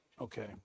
Okay